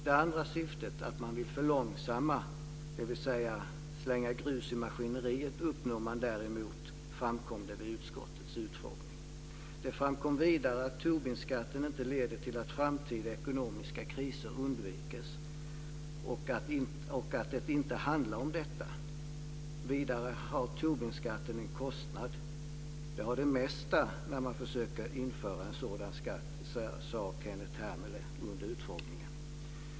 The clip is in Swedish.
Det andra syftet, att man vill "förlångsamma" - slänga grus i maskineriet så att säga - uppnår man däremot. Detta framkom vid utskottets utfrågning. Vidare framkom att Tobinskatten inte leder till att framtida ekonomiska kriser undviks och att det inte handlar om detta. Dessutom har Tobinskatten en kostnad. "Det har det mesta när man försöker införa en sådan skatt", sade Kenneth Hermele under utfrågningen.